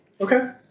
Okay